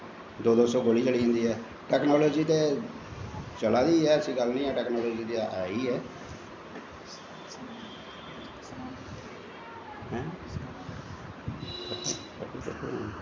दो दो सौ गोली चली जंदी ऐ टैकनॉलजी ते चला दी ऐ टैकनॉलजी ते ऐसी गल्ल नी ऐ आइ ऐ